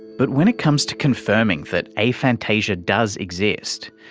but when it comes to confirming that aphantasia does exist,